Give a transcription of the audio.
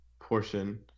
portion